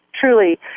truly